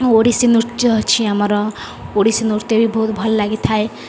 ଓଡ଼ିଶୀ ନୃତ୍ୟ ଅଛି ଆମର ଓଡ଼ିଶୀ ନୃତ୍ୟ ବି ବହୁତ ଭଲ ଲାଗିଥାଏ